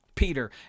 Peter